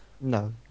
no